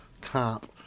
comp